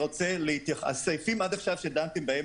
אין לי הערות לסעיפים שדנתם בהם עד עתה,